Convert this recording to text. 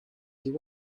you